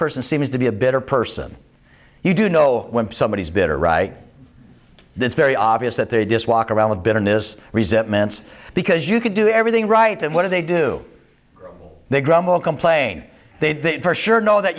person seems to be a bitter person you do know when somebody is bitter right this very obvious that they just walk around with bitterness resentments because you could do everything right and what do they do they grumble complain they sure know that